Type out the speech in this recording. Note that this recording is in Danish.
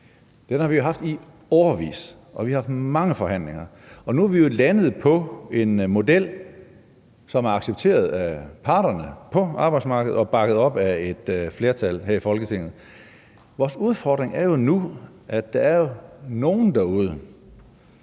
har vi haft i årevis, og vi har haft mange forhandlinger, og nu er vi jo landet på en model, som er accepteret af parterne på arbejdsmarkedet og bakket op af et flertal her i Folketinget. Vores udfordring er jo nu, at der er nogle derude,